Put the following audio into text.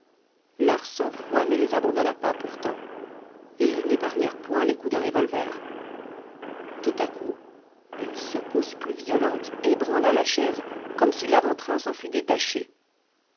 leur sang-froid ne les abandonna pas pourtant et ils n'épargnèrent point les coups de revolver tout à coup une secousse plus violente ébranla la chaise comme si l'avant-train s'en fût détaché